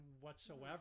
whatsoever